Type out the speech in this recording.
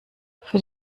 für